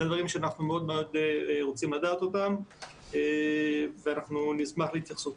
אלה דברים שאנחנו מאוד רוצים לדעת אותם ואנחנו נשמח להתייחסות.